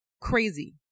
Crazy